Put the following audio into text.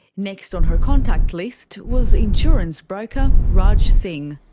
next on her contact list was insurance broker raj singh.